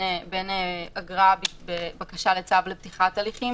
והבדל בין אגרה בבקשה לצו לפתיחת הליכה,